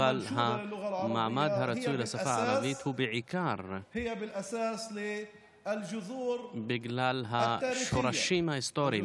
המעמד הרצוי לשפה הערבית הוא בעיקר בגלל השורשים ההיסטוריים,